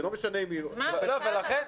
ולכן